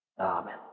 Amen